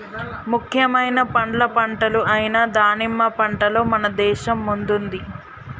ముఖ్యమైన పండ్ల పంటలు అయిన దానిమ్మ పంటలో మన దేశం ముందుంది